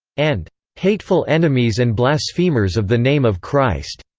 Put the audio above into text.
and hateful enemies and blasphemers of the name of christ.